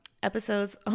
episodes